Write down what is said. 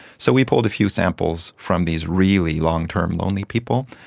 so we pulled a few samples from these really long-term lonely people,